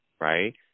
right